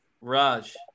Raj